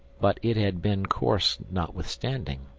but it had been coarse notwithstanding,